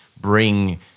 bring